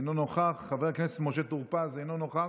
אינו נוכח,